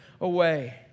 away